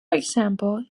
example